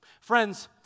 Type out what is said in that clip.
Friends